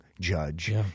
judge